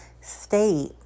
state